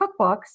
cookbooks